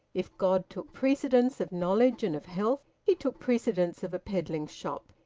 if god took precedence of knowledge and of health, he took precedence of a peddling shop!